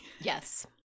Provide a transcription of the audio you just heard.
Yes